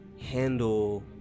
handle